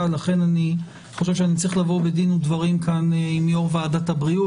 ולכן אני חושב שאני צריך לבוא בדין ודברים עם יושב ראש ועדת הבריאות,